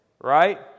right